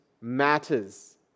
matters